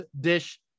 Dish